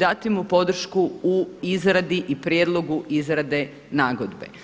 dati mu podršku u izradi i prijedlogu izrade nagodbe.